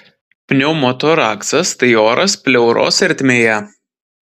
pneumotoraksas tai oras pleuros ertmėje